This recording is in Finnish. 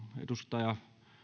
edustaja